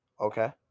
okay